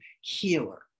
healer